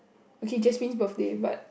okay Jasmine's birthday but